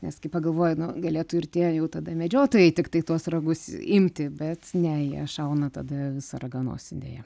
nes kai pagalvoji nu galėtų ir tie jau tada medžiotojai tiktai tuos ragus imti bet ne jie šauna tada visą raganosį deja